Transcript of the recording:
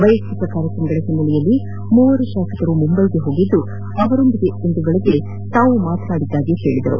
ವೈಯಕ್ತಿಕ ಕಾರ್ಯಕ್ರಮಗಳ ಹಿನ್ನೆಲೆಯಲ್ಲಿ ಮೂವರು ಶಾಸಕರು ಮುಂಬೈಗೆ ಹೋಗಿದ್ದು ಅವರೊಂದಿಗೆ ಇಂದು ಬೆಳಗ್ಗೆ ಮಾತನಾಡಿದ್ದೇನೆ ಎಂದು ಹೇಳದರು